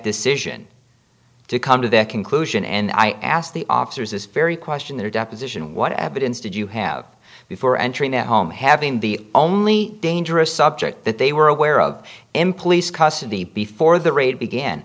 decision to come to that conclusion and i asked the officers this very question their deposition what evidence did you have before entering the home having the only dangerous subject that they were aware of him police custody before the raid began